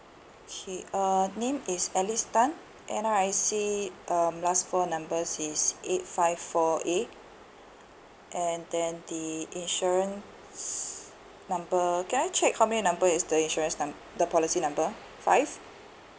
okay uh name is alice tan N_R_I_C um last four numbers is eight five four A and then the insurance number can I check how may number is the insurance num~ the policy number